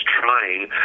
trying